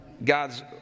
God's